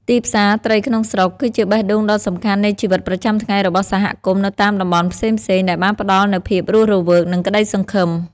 ទីផ្សារត្រីក្នុងស្រុក គឺជាបេះដូងដ៏សំខាន់នៃជីវិតប្រចាំថ្ងៃរបស់សហគមន៍នៅតាមតំបន់ផ្សេងៗដែលបានផ្តល់នូវភាពរស់រវើក និងក្ដីសង្ឃឹម។